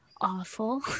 awful